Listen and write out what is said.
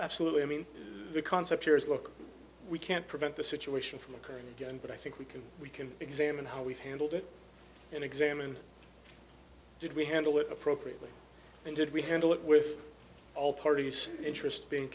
absolutely i mean the concept here is look we can't prevent the situation from occurring again but i think we can we can examine how we've handled it and examined did we handle it appropriately and did we handle it with all parties interest being